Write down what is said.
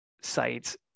sites